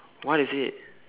what is it